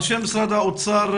אנשי משרד האוצר,